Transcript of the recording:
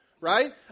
right